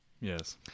yes